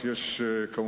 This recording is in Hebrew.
אדוני סגן שר